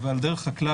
ועל דרך הכלל,